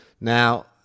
now